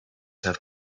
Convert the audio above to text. have